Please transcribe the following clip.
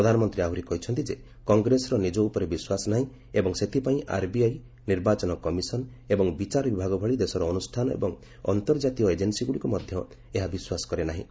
ପ୍ରଧାନମନ୍ତ୍ରୀ ଆହୁରି କହିଛନ୍ତି ଯେ କଂଗ୍ରେସର ନିଜ ଉପରେ ବିଶ୍ୱାସ ନାହିଁ ଏବଂ ସେଥିପାଇଁ ଆର୍ବିଆଇ ନିର୍ବାଚନ କମିଶନ ଏବଂ ବିଚାରବିଭାଗ ଭଳି ଦେଶର ଅନୁଷ୍ଠାନ ଏବଂ ଅନ୍ତର୍ଜାତୀୟ ଏଜେନ୍ନୀଗୁଡ଼ିକୁ ମଧ୍ୟ ଏହା ବିଶ୍ୱାସ କରେ ନାହିଁ